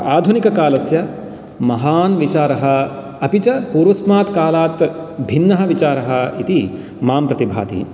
आधुनिककालस्य महान् विचारः अपि च पूर्वस्मात् कालात् भिन्नः विचारः इति मां प्रतिभाति